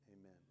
amen